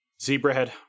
Zebrahead